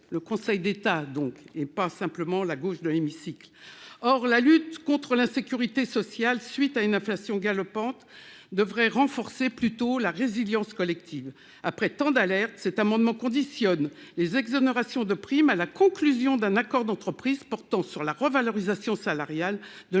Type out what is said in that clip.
du Conseil d'État, et non simplement de la gauche de l'hémicycle ... Or la lutte contre l'insécurité sociale résultant d'une inflation galopante devrait renforcer plutôt la résilience collective. Après tant d'alertes, cet amendement a pour objet de conditionner l'exonération de la PPV à la conclusion d'un accord d'entreprise portant sur la revalorisation de l'ensemble